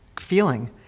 feeling